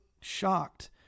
shocked